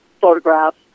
photographs